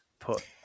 put